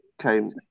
came